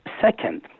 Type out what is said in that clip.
Second